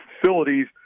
facilities